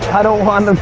i don't want